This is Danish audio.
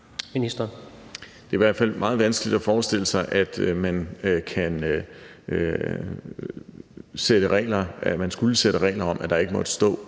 Det er i hvert fald meget vanskeligt at forestille sig, at man skulle sætte regler om, at der ikke måtte stå